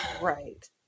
Right